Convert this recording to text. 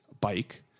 bike